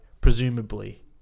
presumably